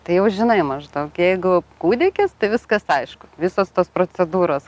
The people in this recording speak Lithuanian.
tai jau žinai maždaug jeigu kūdikis tai viskas aišku visos tos procedūros